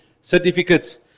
certificates